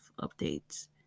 updates